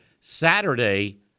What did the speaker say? Saturday